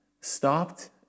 stopped